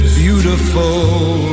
beautiful